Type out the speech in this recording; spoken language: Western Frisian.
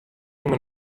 ûnder